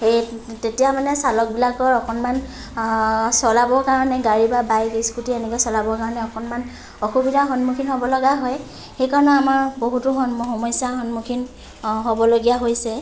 সেই তেতিয়া মানে চালকবিলাকৰ অকণমান চলাব কাৰণে গাড়ী বা বাইক স্কুটি এনেকৈ চলাব কাৰণে অকণমান অসুবিধা সন্মুখীন হ'ব লগা হয় সেই কাৰণে আমাৰ বহুতো সন্মু সমস্যাৰ সন্মুখীন হ'বলগীয়া হৈছে